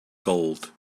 gold